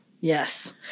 yes